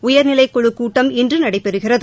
உயர்நிலைக் குழுக் கூட்டம் இன்று நடைபெறுகிறது